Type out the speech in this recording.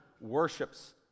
worships